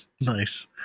Nice